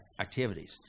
activities